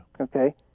Okay